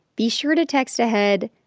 be sure to text ahead.